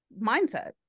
mindset